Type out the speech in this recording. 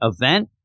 event